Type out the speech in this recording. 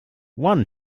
one